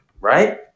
right